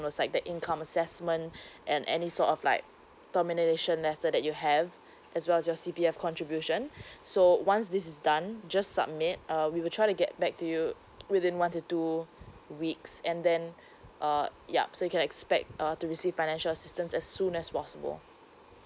was like the income assessment and any sort of like termination letter that you have as well as your C_P_F contribution so once this is done just submit uh we will try to get back to you within one to two weeks and then uh yup so you can expect uh to receive financial assistance as soon as possible